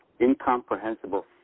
incomprehensible